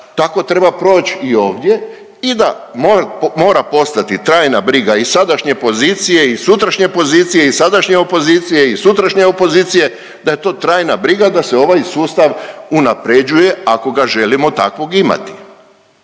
tako treba proći i ovdje i da mora postati trajna briga i sadašnje pozicije i sutrašnje pozicije i sadašnje opozicije i sutrašnje opozicije da je to trajna briga da se ovaj sustav unapređuje ako ga želimo takvog imati.